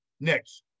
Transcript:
Next